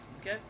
Okay